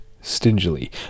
Stingily